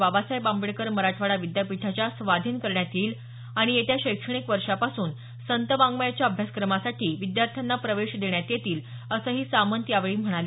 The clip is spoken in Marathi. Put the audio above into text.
बाबासाहेब आंबेडकर मराठवाडा विद्यापीठाच्या स्वाधीन करण्यात येईल आणि येत्या शैक्षणिक वर्षापासून संत वाङ्मयाच्या अभ्यासक्रमासाठी विद्यार्थ्यांना प्रवेश देण्यात येतील असंही सामंत यावेळी म्हणाले